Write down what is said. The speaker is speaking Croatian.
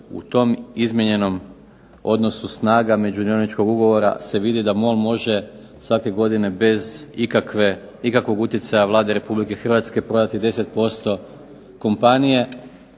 u tom izmijenjenom snaga među dioničkog ugovora se vidi da MOL može svake godine bez ikakvog utjecaja Vlade Republike Hrvatske prodati 10% kompanije